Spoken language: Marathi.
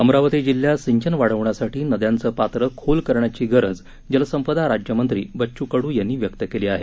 अमरावती जिल्ह्यात सिंचन वाढवण्यासाठी नद्यांचं पात्र खोल करण्याची गरज जलसंपदा राज्यमंत्री बच्चू कडू यांनी व्यक्त केली आहे